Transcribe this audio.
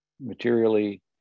materially